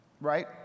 right